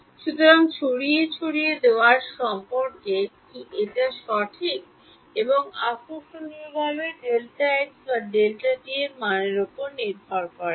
সুতরাং ছড়িয়ে ছড়িয়ে দেওয়ার সম্পর্কটি কী এটি একটাই সঠিক এবং আকর্ষণীয়ভাবে Δx বা Δt এর মানের উপর নির্ভর করে না